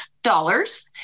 Dollars